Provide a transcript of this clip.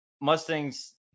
mustangs